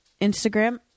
Instagram